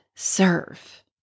Serve